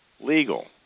legal